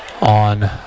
on